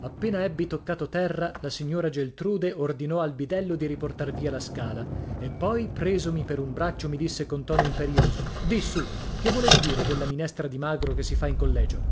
appena ebbi toccato terra la signora geltrude ordinò al bidello di riportar via la scala e poi presomi per un braccio mi disse con tono imperioso di su che volevi dire della minestra di magro che si fa in collegio